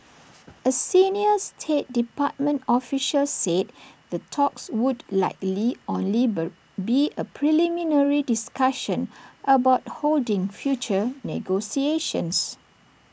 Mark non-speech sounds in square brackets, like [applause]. A senior state department official said the talks would likely only [hesitation] be A preliminary discussion about holding future negotiations